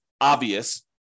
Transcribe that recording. obvious